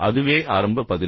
அதுவே ஆரம்ப பதில்